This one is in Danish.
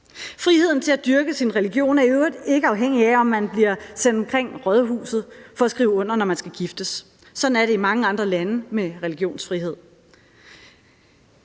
Friheden til at dyrke sin religion er i øvrigt ikke afhængig af, om man bliver sendt omkring rådhuset for at skrive under, når man skal giftes. Sådan er det i mange andre lande med religionsfrihed.